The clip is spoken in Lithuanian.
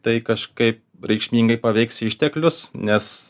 tai kažkaip reikšmingai paveiks išteklius nes